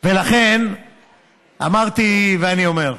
ולכן אמרתי ואני אומר: